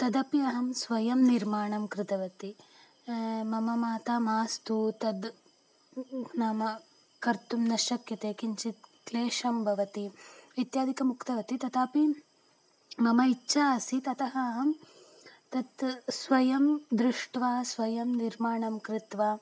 तदपि अहं स्वयं निर्माणं कृतवती मम माता मास्तु तद् नाम कर्तुं न शक्यते किञ्चित् क्लेशः भवति इत्यादिकम् उक्तीति तथापि मम इच्छा आसीत् अतः अहं तत् स्वयं दृष्ट्वा स्वयं निर्माणं कृत्वा